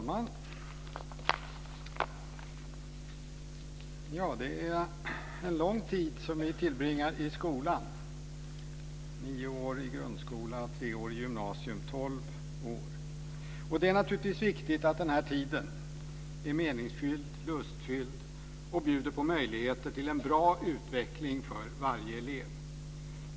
Fru talman! Det är en lång tid som vi tillbringar i skolan: nio år i grundskola och tre år i gymnasium, dvs. tolv år. Det är naturligtvis viktigt att den tiden är meningsfylld och lustfylld och bjuder på möjligheter till en bra utveckling för varje elev.